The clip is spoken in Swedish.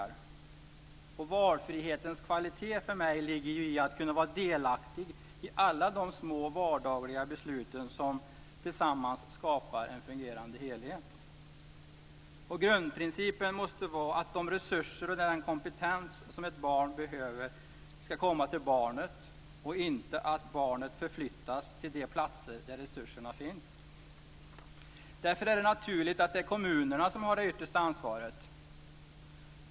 För mig ligger valfrihetens kvalitet i att kunna vara delaktig i alla de små vardagliga beslut som tillsammans skapar en fungerande helhet. Grundprincipen måste vara att de resurser och den kompetens som ett barn behöver ska komma till barnet och att barnet inte ska förflyttas till de platser där resurserna finns. Därför är det naturligt att det är kommunerna som har det yttersta ansvaret.